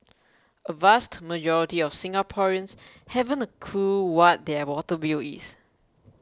a vast majority of Singaporeans haven't a clue what their water bill is